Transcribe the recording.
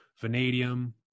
vanadium